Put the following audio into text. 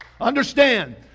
Understand